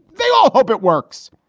they all hope it works.